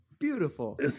beautiful